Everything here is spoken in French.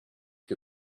que